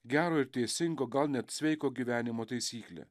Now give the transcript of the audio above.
gero ir teisingo gal net sveiko gyvenimo taisyklė